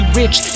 rich